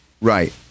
Right